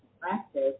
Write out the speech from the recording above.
practice